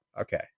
Okay